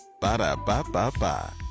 Ba-da-ba-ba-ba